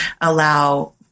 allow